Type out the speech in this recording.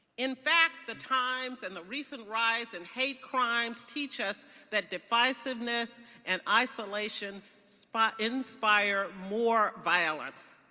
in fact the times and the recent rise in hate crimes teach us that divisiveness and isolation spa inspire more violence.